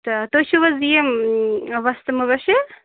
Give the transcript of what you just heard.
تہٕ تُہۍ چھِو حظ یِم وۄستہٕ مُبَشر